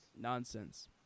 nonsense